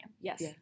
Yes